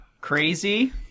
crazy